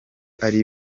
ari